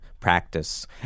practice